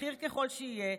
בכיר ככל שיהיה,